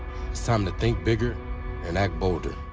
some think big in boulder,